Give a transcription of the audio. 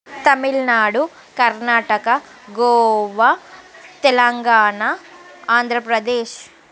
Tamil Nadu Karnataka Goa Telangana Andhra Pradesh